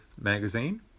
magazine